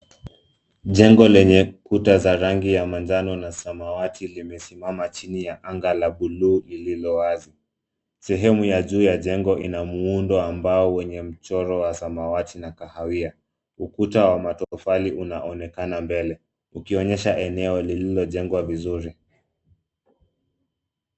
Jengo lenye kuta za rangi ya manjano na samawati limesimama chini ya anga lenye la bluu lililo wazi. Sehemu ya juu ya jengo inamuundo ambao wenye mchoro wa samawati na kahawia. Ukuta wa matofali unaonekana mbele ukionyesha eneo lililojengwa vizuri